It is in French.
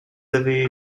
avez